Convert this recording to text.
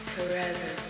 Forever